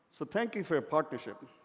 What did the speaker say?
so thank you for your partnership.